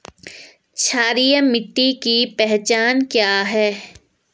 क्षारीय मिट्टी की पहचान क्या है?